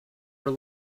were